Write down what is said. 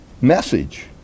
message